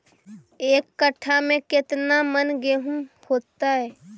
एक कट्ठा में केतना मन गेहूं होतै?